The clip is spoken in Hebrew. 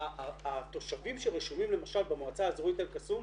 התושבים שרשומים, למשל, במועצה האזורית אלקסום,